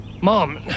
Mom